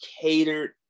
catered